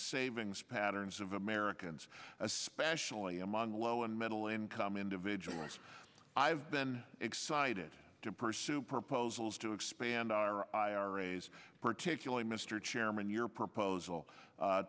savings patterns of americans especially among low and middle income individuals i've been excited to pursue proposals to expand our iras particularly mr chairman your proposal